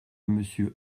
monsieur